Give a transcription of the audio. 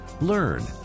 learn